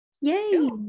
Yay